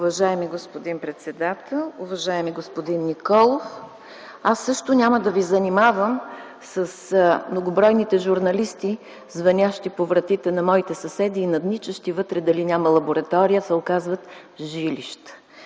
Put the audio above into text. Уважаеми господин председател, уважаеми господин Николов, аз също няма да Ви занимавам с многобройните журналисти, звънящи по вратите на моите съседи и надничащи вътре – дали няма лаборатория, а се оказват жилища.